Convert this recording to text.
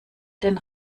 den